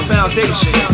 Foundation